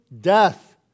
death